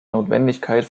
notwendigkeit